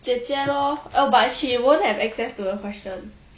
姐姐 lor oh but she won't have access to a question